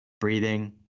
breathing